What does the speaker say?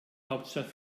hauptstadt